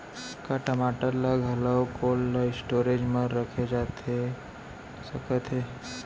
का टमाटर ला घलव कोल्ड स्टोरेज मा रखे जाथे सकत हे?